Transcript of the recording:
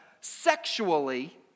sexually